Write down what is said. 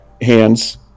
hands